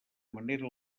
manera